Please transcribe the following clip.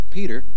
Peter